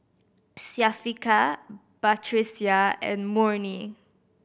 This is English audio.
Syafiqah Batrisya and Murni